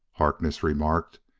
harkness remarked.